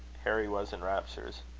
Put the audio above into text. harry was in raptures.